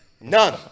None